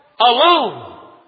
Alone